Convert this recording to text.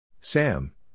Sam